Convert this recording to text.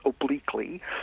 obliquely